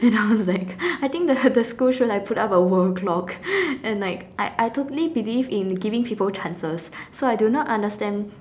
then I was like I think the the school should like put up a world clock and like I I totally believe in giving people chances so I do not understand